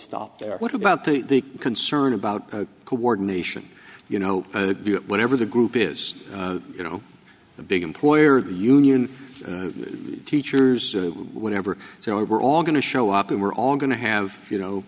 stop there what about the concern about coordination you know whatever the group is you know the big employer the union teachers or whatever so we're all going to show up and we're all going to have you know